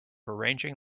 arranging